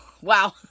Wow